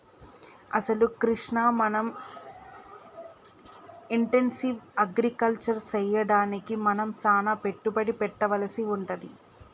అసలు కృష్ణ మనం intensive agriculture సెయ్యడానికి మనం సానా పెట్టుబడి పెట్టవలసి వుంటది